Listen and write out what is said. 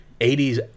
80s